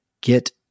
get